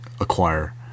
acquire